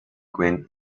quinn